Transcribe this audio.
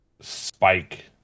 spike